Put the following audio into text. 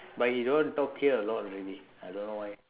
but he don't talk here a lot already I don't know why